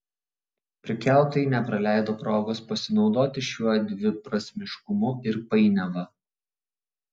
prekiautojai nepraleido progos pasinaudoti šiuo dviprasmiškumu ir painiava